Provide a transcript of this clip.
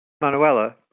Manuela